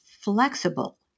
flexible